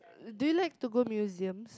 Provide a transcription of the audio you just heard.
do you like to go museums